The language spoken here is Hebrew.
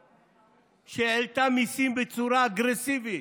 עשור שהעלתה מיסים בצורה אגרסיבית,